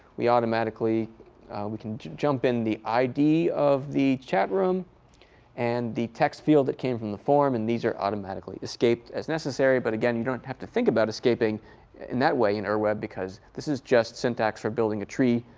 we automatically we automatically jump in the id of the chat room and the text field that came from the form. and these are automatically escaped as necessary. but again, you don't have to think about escaping in that way in ur web. because this is just syntax for building a tree.